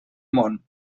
món